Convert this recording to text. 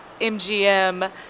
MGM